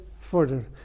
further